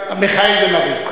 מיכאל בן-ארי.